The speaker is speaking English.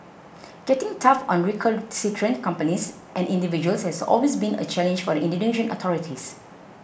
getting tough on recalcitrant companies and individuals has always been a challenge for the Indonesian authorities